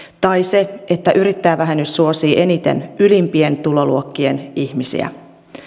tai se että yrittäjävähennys suosii eniten ylimpien tuloluokkien ihmisiä